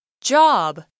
Job